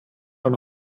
auch